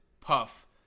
puff